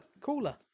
Cooler